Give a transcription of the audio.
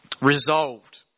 resolved